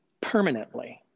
permanently